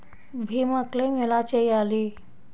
భీమ క్లెయిం ఎలా చేయాలి?